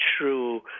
true